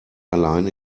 allein